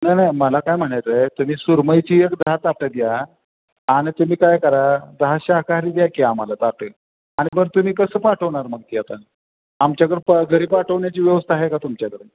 नाही नाही मला काय म्हणायचं आहे तुम्ही सुरमईची एक दहा ताटं द्या आणि तुम्ही काय करा दहा शाकाहारी द्या की आम्हाला ताटं आणि बरं तुम्ही कसं पाठवणार मग ती आता आमच्याकडं प घरी पाठवण्याची व्यवस्था आहे का तुमच्याकडून